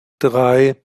drei